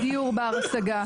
דיור בר השגה.